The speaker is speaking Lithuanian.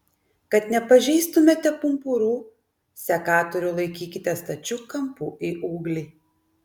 kad nepažeistumėte pumpurų sekatorių laikykite stačiu kampu į ūglį